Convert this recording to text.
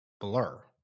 Blur